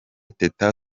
teta